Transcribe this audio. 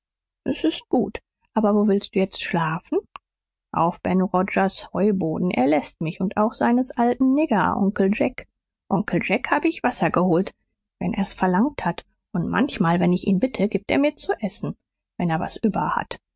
s ist gut aber wo willst du jetzt schlafen auf ben rogers heuboden er läßt mich und auch seines alten nigger onkel jack onkel jack hab ich wasser geholt wenn er's verlangt hat und manchmal wenn ich ihn bitte gibt er mir zu essen wenn er was über hat